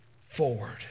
forward